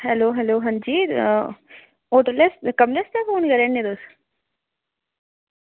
hello hello अंजी hotel ऐ एह् कल्लै आस्तै फोन करा ने तुस